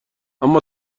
اما